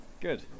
Good